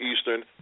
Eastern